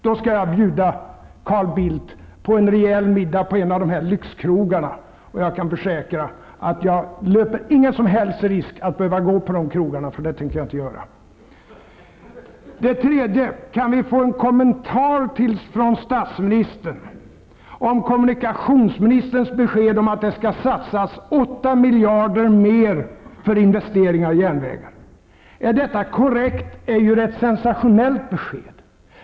Då skall jag bjuda Carl Bildt på en rejäl middag på en av lyxkrogarna. Och jag kan försäkra att jag inte löper någon som helst risk att behöva gå på de krogarna -- det tänker jag inte göra. Kan vi få en kommentar från statsministern om kommunikationsministerns besked om att det skall satsas 8 miljarder mer för investeringar i järnvägar? Är detta korrekt, är det ju ett sensationellt besked.